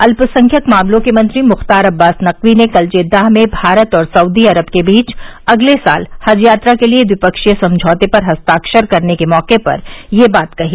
अल्पसंख्यक मामलों के मंत्री मुख्तार अबास नकवी ने कल जेद्दाह में भारत और सऊदी अरब के बीच अगले साल हज यात्रा के लिए द्विपक्षीय समझौते पर हस्ताक्षर करने के मौके पर यह बात कही